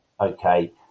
okay